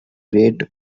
great